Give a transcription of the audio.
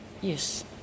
Yes